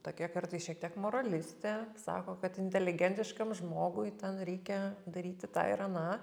tokia kartais šiek tiek moralistė sako kad inteligentiškam žmogui ten reikia daryti tą ir aną